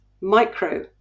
micro